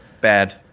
Bad